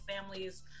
families